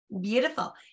Beautiful